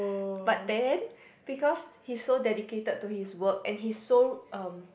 but then because he's so dedicated to his work and he's so um